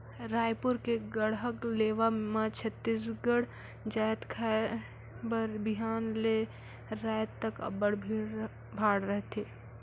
रइपुर के गढ़कलेवा म छत्तीसगढ़ जाएत खाए बर बिहान ले राएत तक अब्बड़ भीड़ भाड़ रहथे